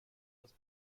das